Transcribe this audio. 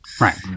right